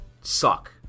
suck